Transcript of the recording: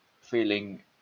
feeling